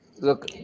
look